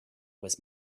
was